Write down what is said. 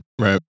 Right